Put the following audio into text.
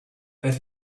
that